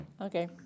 Okay